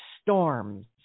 storms